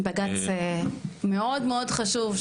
בג"צ מאוד מאוד חשוב,